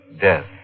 death